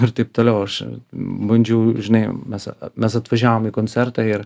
ir taip toliau aš bandžiau žinai mes mes atvažiavom į koncertą ir